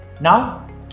Now